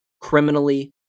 criminally